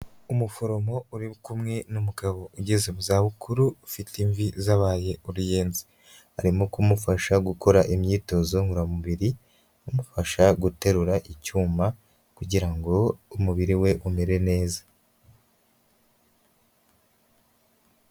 Umuforomo uri kumwe n'umugabo ugeze mu za bukuru ufite imvi zabaye uruyenzi, arimo kumufasha gukora imyitozo ngororamubiri, amufasha guterura icyuma kugira ngo umubiri we umere neza.